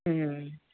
ह्म्